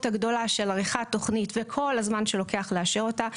הגדולה של עריכת תוכנית וכל הזמן שלוקח לאשר אותה,